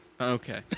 Okay